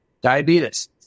Diabetes